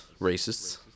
Racists